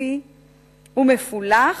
ספציפי ומפולח,